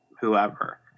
whoever